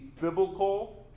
biblical